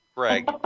Greg